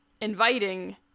inviting